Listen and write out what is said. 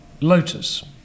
Lotus